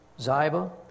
Ziba